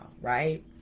right